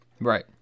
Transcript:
Right